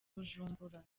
bujumbura